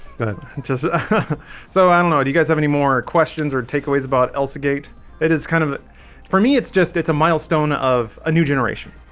good just so i don't know do you guys have any more questions or takeaways about elsa gate it is kind of for me? it's just it's a milestone of a new generation.